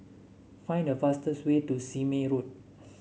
find the fastest way to Sime Road